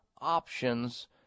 options